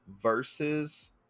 versus